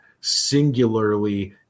singularly